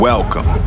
Welcome